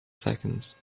seconds